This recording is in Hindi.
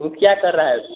वह क्या कर रहा है